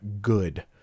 good